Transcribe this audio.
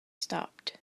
stopped